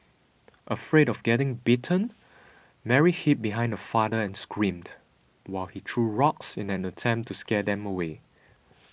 afraid of getting bitten Mary hid behind her father and screamed while he threw rocks in an attempt to scare them away